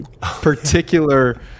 particular